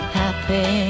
happy